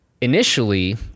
initially